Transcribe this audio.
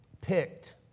picked